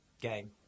game